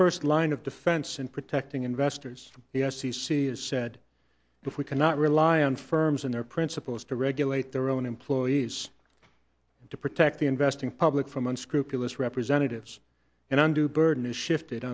first line of defense in protecting investors he has c c s said if we cannot rely on firms and their principals to regulate their own employees to protect the investing public from unscrupulous representatives and undue burden is shifted